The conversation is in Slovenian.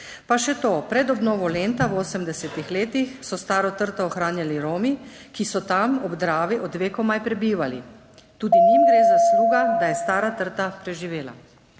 Pa še to, pred obnovo Lenta v 80. letih so staro trto ohranjali Romi, ki so tam ob Dravi od vekomaj prebivali. Tudi njim gre zasluga, da je stara trta preživela.